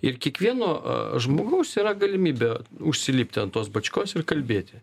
ir kiekvieno žmogaus yra galimybė užsilipti ant tos bačkos ir kalbėti